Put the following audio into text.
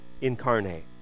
incarnate